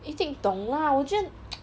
一定懂 lah 我觉得